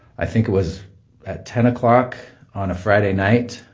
i think it was at ten o'clock on a friday night,